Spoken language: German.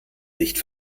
nicht